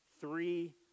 three